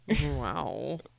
Wow